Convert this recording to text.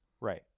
Right